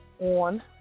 on